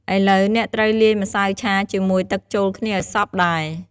ឥឡូវ អ្នកត្រូវលាយម្សៅឆាជាមួយទឹកចូលគ្នាឲ្យសព្វដែរ។